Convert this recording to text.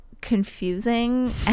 confusing